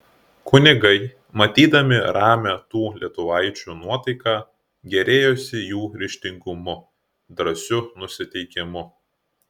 kunigai matydami ramią tų lietuvaičių nuotaiką gėrėjosi jų ryžtingumu drąsiu nusiteikimu